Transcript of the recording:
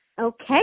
Okay